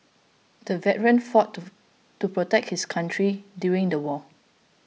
the veteran fought to to protect his country during the war